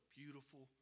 beautiful